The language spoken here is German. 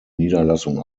niederlassung